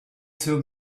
till